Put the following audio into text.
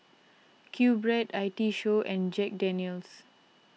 Q Bread I T Show and Jack Daniel's